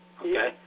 okay